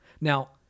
now